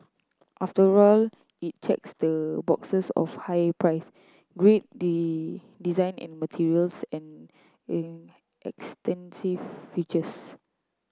after all it checks the boxes of high price great the design and materials and in extensive features